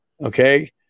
Okay